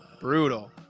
Brutal